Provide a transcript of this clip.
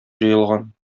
җыелган